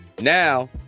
now